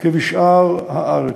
כבשאר הארץ.